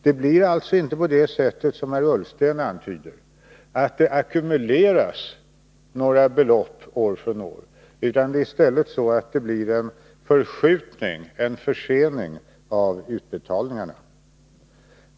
Det blir alltså inte på det sätt som herr Ullsten antyder, att belopp ackumuleras år från år, utan det blir i stället en förskjutning av utbetalningarna.